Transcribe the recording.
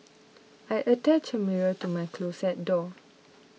I attached a mirror to my closet door